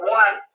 one